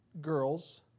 girls